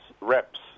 reps